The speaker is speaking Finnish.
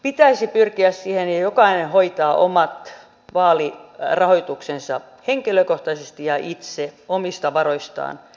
pitäisi pyrkiä siihen että jokainen hoitaa omat vaalirahoituksensa henkilökohtaisesti ja itse omista varoistaan